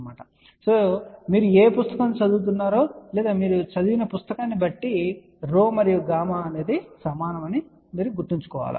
కాబట్టి మీరు ఏ పుస్తకాన్ని చదవబోతున్నారో లేదా మీరు చదివిన పుస్తకాన్ని బట్టి రో మరియు గామా సమానమని గుర్తుంచుకోండి